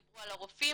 דיברו על הרופאים,